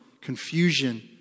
confusion